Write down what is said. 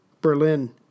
Berlin